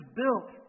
built